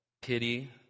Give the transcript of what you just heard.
pity